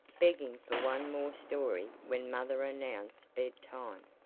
begging for one more story when mother announced bed time.